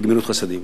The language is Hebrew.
גמילות חסדים.